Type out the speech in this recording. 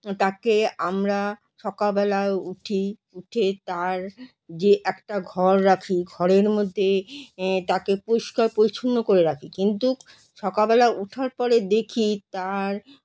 তাকে আমরা সকালবেলা উঠি উঠে তার যে একটা ঘর রাখি ঘরের মধ্যে তাকে পরিষ্কার পরিচ্ছন্ন করে রাখি কিন্তু সকালবেলা উঠার পরে দেখি তার